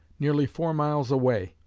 nearly four miles away,